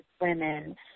women